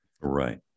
Right